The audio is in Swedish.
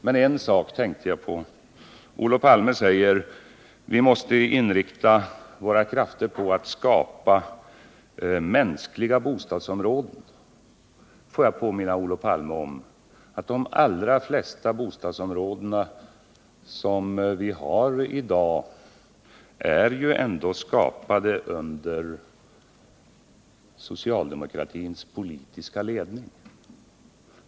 Men en sak tänkte jag på: Olof Palme säger att vi måste inrikta våra krafter på att skapa mänskliga bostadsområden. Får jag påminna Olof Palme om att de allra flesta bostadsområden som vi i dag har är skapade under socialdemokratins politiska ledning.